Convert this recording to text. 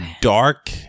dark